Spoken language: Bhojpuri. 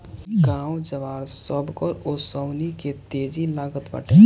गाँव जवार, सबकर ओंसउनी के तेजी लागल बाटे